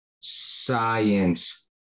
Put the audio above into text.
science